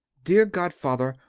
dear godfather,